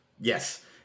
Yes